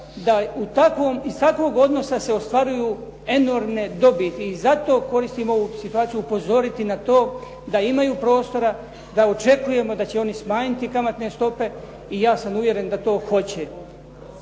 da iz takvog odnosa se ostvaruju enormne dobiti i zato koristim ovu situaciju upozoriti na to da imaju prostora, da očekujemo da će oni smanjiti kamatne stope i ja sam uvjeren da to hoće.